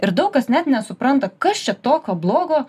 ir daug kas net nesupranta kas čia tokio blogo